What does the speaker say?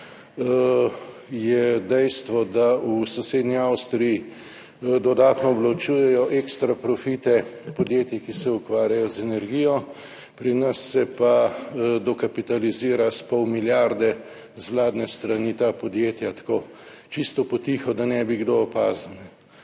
je dejstvo, da v sosednji Avstriji dodatno obdavčujejo ekstra profite podjetij, ki se ukvarjajo z energijo, pri nas se pa ta podjetja dokapitalizira s pol milijarde z vladne strani, tako, čisto po tiho, da ne bi kdo opazil.